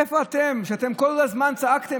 איפה אתם, אתם אלה שכל הזמן צעקתם.